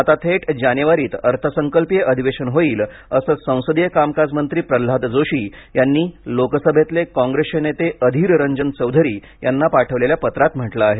आता थेट जानेवारीत अर्थसंकल्पीय अधिवेशन होईल असं संसदीय कामकाजमंत्री प्रल्हाद जोशी यांनी लोकसभेतले काँप्रेसचे नेते अधीररंजन चौधरी यांना पाठवलेल्या पत्रात म्हटले आहे